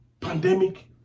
pandemic